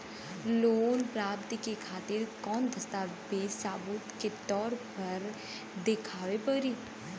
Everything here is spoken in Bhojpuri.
लोन प्राप्ति के खातिर कौन कौन दस्तावेज सबूत के तौर पर देखावे परी?